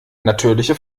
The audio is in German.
natürliche